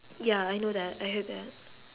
ya I know that I heard that